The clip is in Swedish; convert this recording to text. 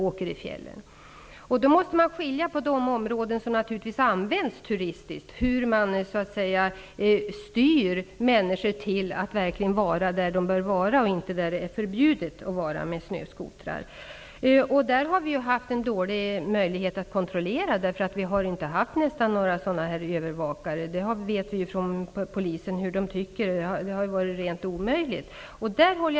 Man måste skilja ut de regioner som används turistiskt och där styra människors vistelse till områden där de får vara, inte dit där det är förbjudet att vara med snöskoter. Vi har haft dåliga möjligheter att kontrollera detta, eftersom vi inte har haft några övervakare. Vi har fått uppgifter från polisen om detta, och det har visat sig vara rent omöjligt att klara uppgiften.